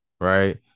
right